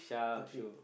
okay